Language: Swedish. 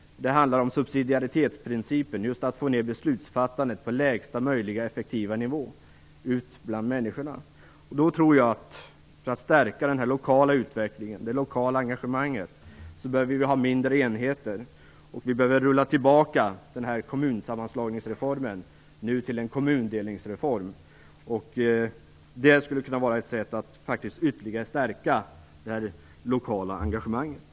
Det handlar om subsidiaritetsprincipen, att få ned beslutsfattandet på lägsta möjliga effektiva nivå, ut bland människorna. För att man skall stärka den lokala utvecklingen och det lokala engagemanget tror jag att vi behöver ha mindre enheter, och vi behöver rulla tillbaka denna kommunsammanslagningsreform till en kommundelningsreform. Det skulle kunna vara ett sätt att ytterligare stärka det lokala engagemanget.